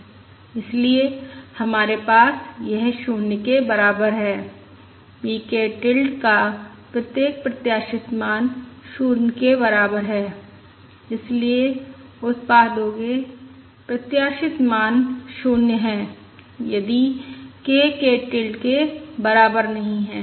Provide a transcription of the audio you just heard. इसलिए हमारे पास यह 0 के बराबर है V k टिल्ड का प्रत्येक प्रत्याशित मान 0 के बराबर है इसलिए उत्पादो के प्रत्याशित मान 0 है यदि k k टिल्ड के बराबर नहीं है